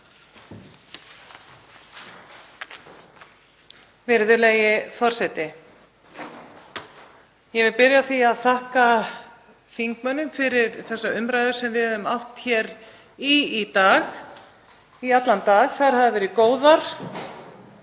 Virðulegi forseti. Ég vil byrja á því að þakka þingmönnum fyrir þessa umræðu sem við höfum átt hér í allan dag. Þær hafa verið góðar